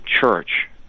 church